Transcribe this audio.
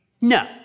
no